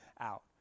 out